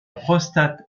prostate